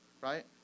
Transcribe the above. right